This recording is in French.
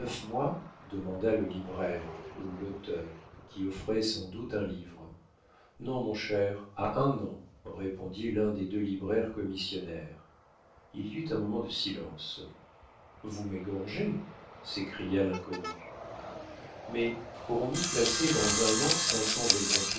demanda le libraire ou l'auteur qui offrait sans doute un livre non mon cher à un an répondit l'un des deux libraires commissionnaires il y eut un moment de silence vous m'égorgez s'écria l'inconnu mais aurons-nous placé dans un